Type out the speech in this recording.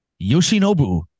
Yoshinobu